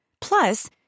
Plus